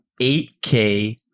8K